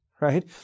right